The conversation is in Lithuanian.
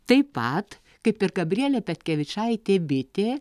taip pat kaip ir gabrielė petkevičaitė bitė